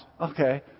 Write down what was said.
Okay